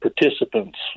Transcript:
participants